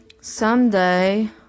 someday